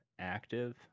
active